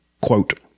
quote